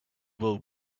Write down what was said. will